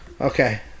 Okay